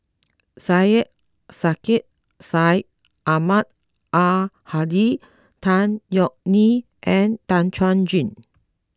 Syed Sheikh Syed Ahmad Al Hadi Tan Yeok Nee and Tan Chuan Jin